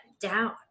down